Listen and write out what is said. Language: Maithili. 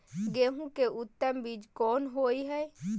गेहूं के उत्तम बीज कोन होय है?